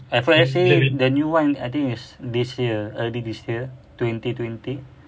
iphone S_E the new one I think is this year early this year twenty twenty